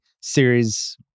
series